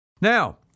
now